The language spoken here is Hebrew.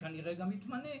שכנראה גם יתמנה,